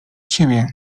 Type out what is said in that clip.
ciebie